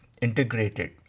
integrated